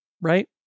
Right